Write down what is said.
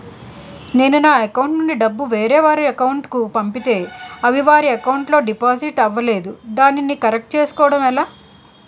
నేను నా అకౌంట్ నుండి డబ్బు వేరే వారి అకౌంట్ కు పంపితే అవి వారి అకౌంట్ లొ డిపాజిట్ అవలేదు దానిని కరెక్ట్ చేసుకోవడం ఎలా?